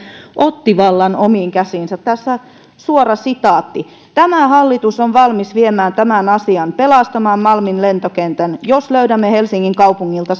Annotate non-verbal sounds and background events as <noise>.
otti vallan omiin käsiinsä tässä suora sitaatti tämä hallitus on valmis viemään tämän asian pelastamaan malmin lentokentän jos löydämme helsingin kaupungilta <unintelligible>